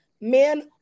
Men